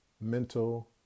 mental